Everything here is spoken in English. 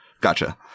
Gotcha